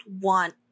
want